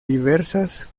diversas